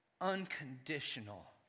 unconditional